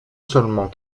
seulement